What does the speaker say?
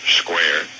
square